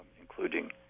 including